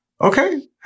Okay